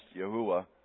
Yahuwah